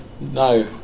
No